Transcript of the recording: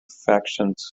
factions